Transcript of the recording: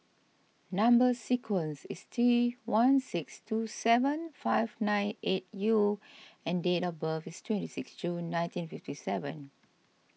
Number Sequence is T one six two seven five nine eight U and date of birth is twenty six June nineteen fifty seven